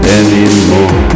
anymore